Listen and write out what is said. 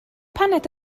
paned